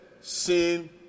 sin